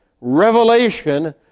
revelation